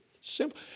simple